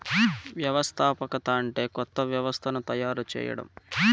వ్యవస్థాపకత అంటే కొత్త వ్యవస్థను తయారు చేయడం